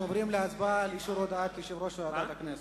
אנחנו עוברים להצבעה על אישור הודעת יושב-ראש ועדת הכנסת.